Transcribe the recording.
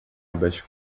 best